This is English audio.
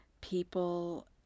People